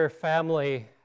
family